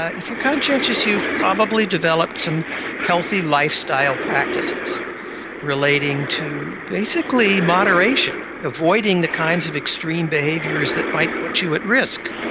if you're conscientious you've probably developed some healthy lifestyle practices relating to basically moderation, avoiding the kinds of extreme behaviours that might put you at risk.